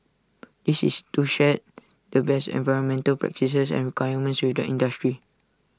this is to share the best environmental practices and requirements with the industry